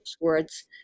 words